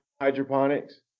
hydroponics